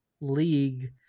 league